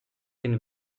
can